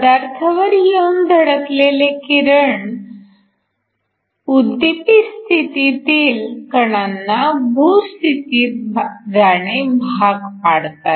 पदार्थावर येऊन धडकलेले हे किरण उद्दीपित स्थितीतील कणांना भू स्थितीत जाणे भाग पाडतात